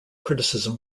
criticism